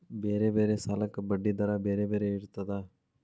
ಬೇರೆ ಬೇರೆ ಸಾಲಕ್ಕ ಬಡ್ಡಿ ದರಾ ಬೇರೆ ಬೇರೆ ಇರ್ತದಾ?